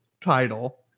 title